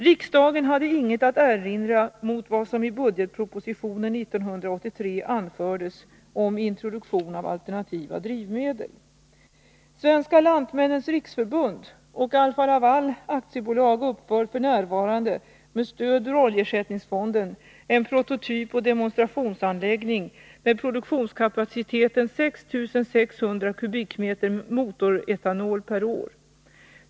Riksdagen hade inget att erinra mot vad som i budgetpropositionen 1983 anfördes om introduktion av alternativa drivmedel. Svenska lantmännens riksförbund och Alfa-Laval AB uppför f. n. med stöd ur oljeersättningsfonden en prototypoch demonstrationsanläggning med produktionskapaciteten 6 600 m? motoretanol per år.